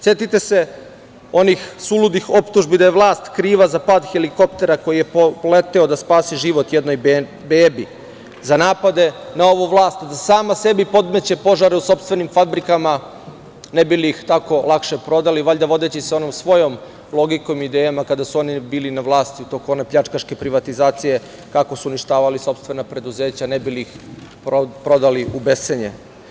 Setite se onih suludih optužbi da je vlast kriva za pad helikoptera koji je poleteo da spasi život jednoj bebi, za napade na ovu vlast da sama sebi podmeće požare u sopstvenim fabrikama, ne bi li ih tako lakše prodali, valjda vodeći se onom svojom logikom i idejama kada su oni bili na vlasti, u toku one pljačkaške privatizacije, kako su uništavali sopstvena preduzeća, ne bi li ih prodali u bescenje.